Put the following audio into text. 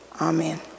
Amen